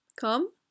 come